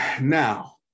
Now